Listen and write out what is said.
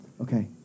okay